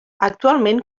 actualment